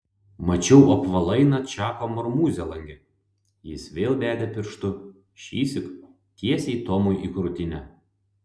mačiau apvalainą čako marmūzę lange jis vėl bedė pirštu šįsyk tiesiai tomui į krūtinę